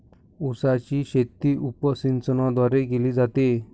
उसाची शेती उपसिंचनाद्वारे केली जाते